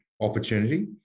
opportunity